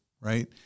right